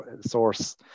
source